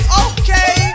okay